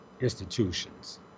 institutions